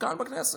כאן בכנסת,